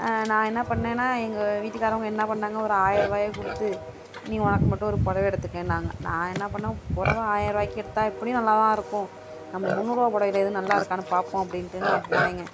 நான் என்ன பண்ணிணேன்னா எங்கள் வீட்டுக்காரங்க என்ன பண்ணிணாங்க ஒரு ஆயிரம் ரூபாய கொடுத்து நீ உனக்கு மட்டும் ஒரு புடவ எடுத்துக்கனாங்க நான் என்ன பண்ணிணேன் புடவ ஆயிரம் ரூபாக்கி எடுத்தால் எப்படியும் நல்லாதான் இருக்கும் நம்ம முந்நூறு ரூபா புடவைல எது நல்லா இருக்கான்னு பார்ப்போம் அப்படின்டு நான் போனேன்ங்க